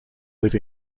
live